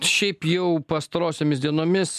šiaip jau pastarosiomis dienomis